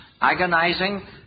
agonizing